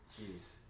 Jeez